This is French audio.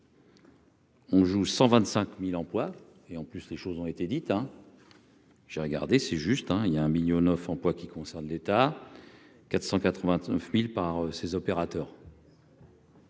On joue 125000 emplois et en plus, les choses ont été dites. J'ai regardé, c'est juste un il y a un million neuf employes qui concerne l'état 489000 par ces opérateurs.